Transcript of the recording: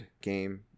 game